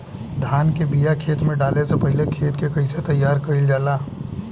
धान के बिया खेत में डाले से पहले खेत के कइसे तैयार कइल जाला?